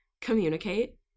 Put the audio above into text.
communicate